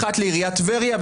האחת לעיריית טבריה,